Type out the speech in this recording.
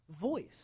voice